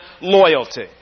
loyalty